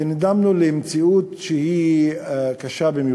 ונדהמנו ממציאות שהיא קשה במיוחד.